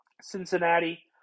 Cincinnati